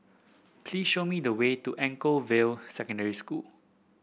please show me the way to Anchorvale Secondary School